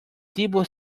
tipo